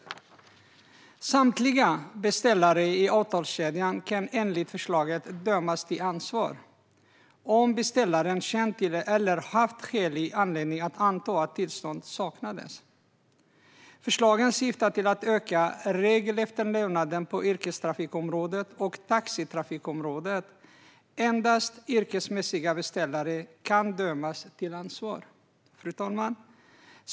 Samtliga beställare i en avtalskedja kan enligt förslaget dömas till ansvar om beställaren känt till eller haft skälig anledning att anta att tillstånd saknades. Förslagen syftar till att öka regelefterlevnaden på yrkestrafikområdet och taxitrafikområdet. Endast yrkesmässiga beställare kan dömas till ansvar. Fru talman!